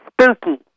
Spooky